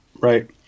Right